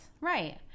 Right